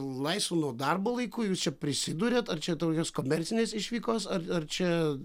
laisvu nuo darbo laiku jūs čia prisiduriat ar čia tokios komercinės išvykos ar ar čia